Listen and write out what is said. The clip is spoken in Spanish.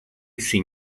sin